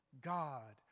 God